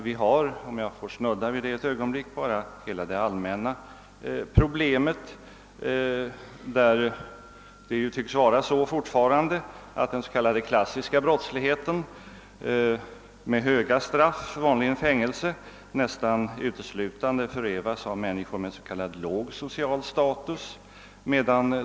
Vi har — om jag får snudda vid det ett ögonblick — hela det allmänna problemet, där det fortfarande tycks vara så att den s.k. klassiska brottsligheten med höga straff, vanligen fängelse, nästan uteslutande förövas av människor med som man brukar säga låg social status.